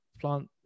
plant